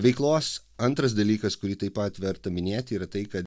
veiklos antras dalykas kurį taip pat verta minėti yra tai kad